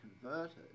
converted